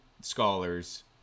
scholars